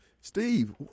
steve